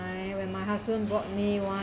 when my husband bought me one